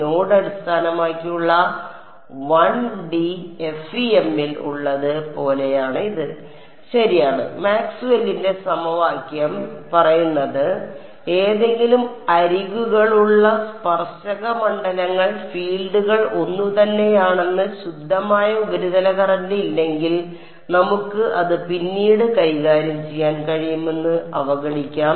node അടിസ്ഥാനമാക്കിയുള്ള 1D FEM ൽ ഉള്ളത് പോലെയാണ് ഇത് ശരിയാണ് മാക്സ്വെല്ലിന്റെ സമവാക്യം പറയുന്നത് ഏതെങ്കിലും അതിരുകളുള്ള സ്പർശക മണ്ഡലങ്ങൾ ഫീൽഡുകൾ ഒന്നുതന്നെയാണെന്ന് ശുദ്ധമായ ഉപരിതല കറന്റ് ഇല്ലെങ്കിൽ നമുക്ക് അത് പിന്നീട് കൈകാര്യം ചെയ്യാൻ കഴിയുമെന്ന് അവഗണിക്കാം